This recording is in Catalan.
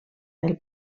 del